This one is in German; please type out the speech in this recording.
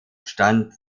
stand